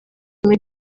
muri